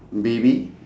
baby